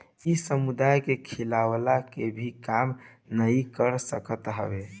इ समुदाय के खियवला के भी काम नाइ कर सकत हवे